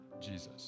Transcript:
Jesus